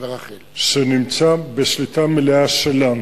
שנמצא בשליטה מלאה שלנו.